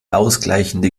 ausgleichende